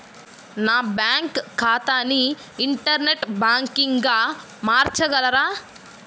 నా బ్యాంక్ ఖాతాని ఇంటర్నెట్ బ్యాంకింగ్గా మార్చగలరా?